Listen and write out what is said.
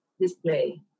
display